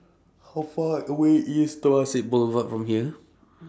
How Far away IS Temasek Boulevard from here